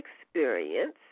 experience